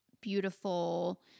beautiful